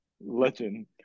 Legend